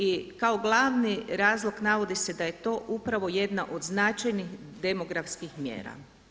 I kao glavni razlog navodi se da je to upravo jedna od značajnih demografskih mjera.